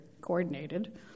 coordinated